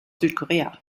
südkorea